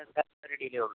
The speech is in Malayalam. ഉള്ളൂ